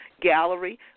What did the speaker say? Gallery